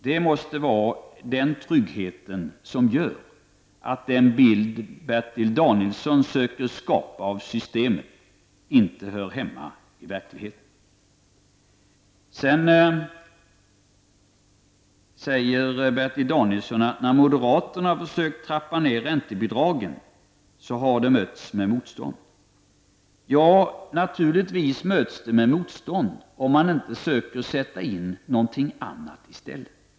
Det måste vara den trygghet som gör att den bild som Bertil Danielsson försöker skapa av systemet inte hör hemma i verkligheten. Vidare säger Bertil Danielsson att moderaterna har mötts av motstånd när de har försökt trappa ned räntebidragen. Det möts naturligtvis med motstånd om man inte försöker sätta in något annat i stället.